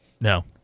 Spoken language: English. No